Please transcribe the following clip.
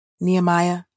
Nehemiah